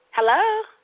Hello